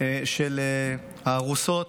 של הארוסות.